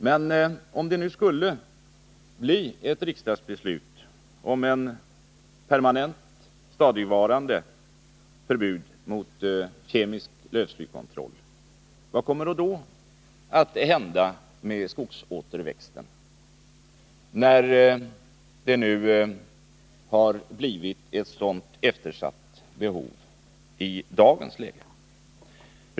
Men — om det skulle fattas ett riksdagsbeslut om ett permanent förbud mot kemisk lövslykontroll, vad kommer då att hända med skogsåterväxten, när återväxten redan har blivit så eftersatt i dagens läge?